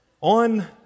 on